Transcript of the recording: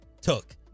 Took